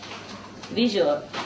visual